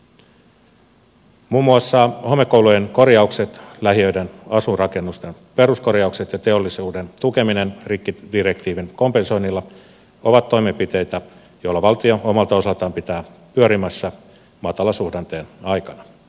muun muassa homekoulujen korjaukset lähiöiden asuinrakennusten peruskorjaukset ja teollisuuden tukeminen rikkidirektiivin kompensoinnilla ovat toimenpiteitä joilla valtio omalta osaltaan pitää pyöriä pyörimässä matalasuhdanteen aikana